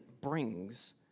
brings